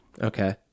Okay